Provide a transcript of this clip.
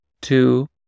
two